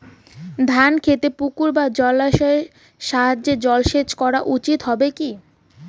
ধান খেতে পুকুর বা জলাশয়ের সাহায্যে জলসেচ করা উচিৎ হবে কি?